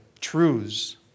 truths